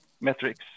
metrics